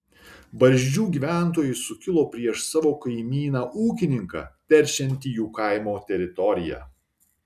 barzdžių gyventojai sukilo prieš savo kaimyną ūkininką teršiantį jų kaimo teritoriją